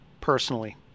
personally